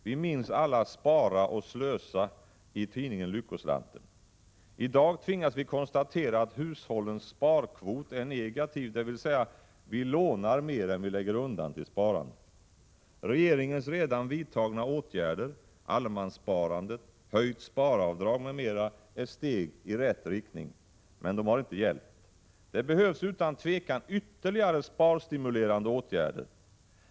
Vi minns alla Spara och Slösa i tidningen Lyckoslanten. I dag tvingas vi konstatera att hushållens sparkvot är negativ, dvs. vi lånar mer än vi lägger undan till sparande. Regeringens redan vidtagna åtgärder — allemanssparandet, höjt sparavdrag m.m. —-är steg i rätt riktning. Men de har inte hjälpt. Det behövs utan tvivel ytterligare sparstimulerande åtgärder.